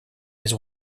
his